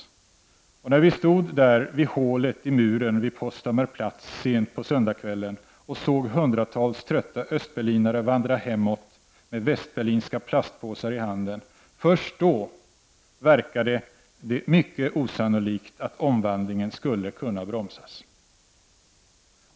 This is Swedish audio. Men det var först då vi stod där vid hålet i muren vid Potsdamer Platz sent på söndagskvällen och såg hundratals trötta östberlinare vandra hemåt med västberlinska plastpåsar i handen som det verkade mycket osannolikt att omvandlingen skulle kunna bromsas.